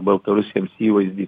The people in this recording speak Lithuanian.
baltarusiams įvaizdį